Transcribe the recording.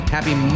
Happy